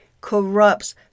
corrupts